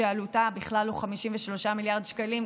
שעלותה בכלל לא 53 מיליארד שקלים,